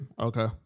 Okay